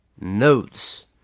notes